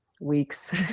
weeks